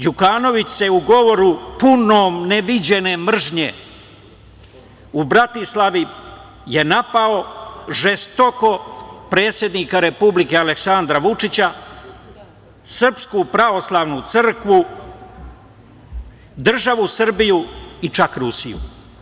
Đukanović je u govoru punom neviđene mržnje u Bratislavi napao žestoko predsednika Republike Aleksandra Vučića, SPC, državu Srbiju i čak Rusiju.